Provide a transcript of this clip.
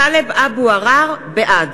טלב אבו עראר, בעד